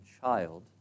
child